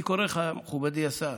אני קורא לך, מכובדי השר,